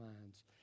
minds